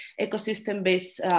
ecosystem-based